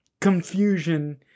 confusion